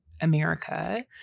America